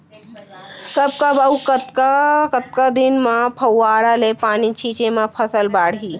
कब कब अऊ कतका कतका दिन म फव्वारा ले पानी छिंचे म फसल बाड़ही?